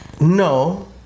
No